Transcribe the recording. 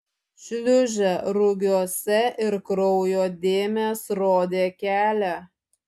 šliūžė rugiuose ir kraujo dėmės rodė kelią